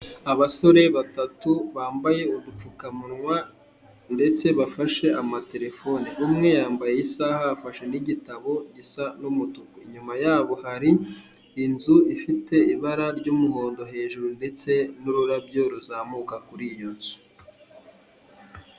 Abasore batatu bambaye udupfukamunwa ndetse bafashe amaterefone, umwe yambaye isaha afashe n'igitabo gisa n'umutuku. Inyuma yabo hari inzu ifite ibara ry'umuhondo hejuru ndetse n'ururabyo ruzamuka kuri iyo nzu.